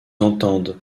entende